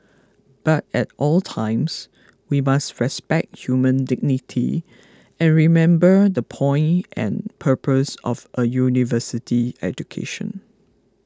but at all times we must respect human dignity and remember the point and purpose of a university education